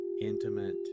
intimate